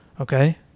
okay